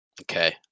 Okay